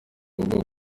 ubwoko